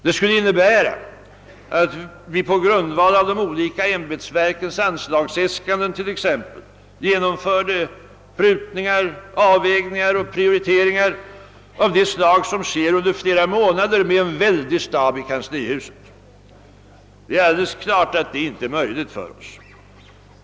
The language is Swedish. Det skulle innebära att vi på grundval av de olika ämbetsverkens anslagsäskanden t.ex. gjorde prutningar, avvägningar och prioriteringar av det slag som arbetas fram under flera månader av en väldig stab i kanslihuset. Det är alldeles klart att det inte är möjligt för oss.